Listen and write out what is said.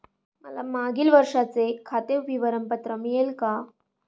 मला मागील वर्षाचे खाते विवरण पत्र मिळेल का?